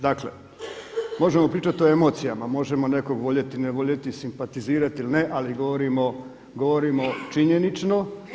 Dakle, možemo pričati o emocijama, možemo nekog voljeti, ne voljeti, simpatizirati ili ne, ali govorimo činjenično.